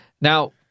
Now